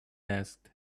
asked